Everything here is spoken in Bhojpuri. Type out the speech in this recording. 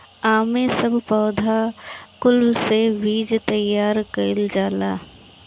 एमे सब पौधा कुल से बीज तैयार कइल जाला